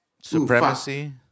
Supremacy